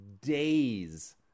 days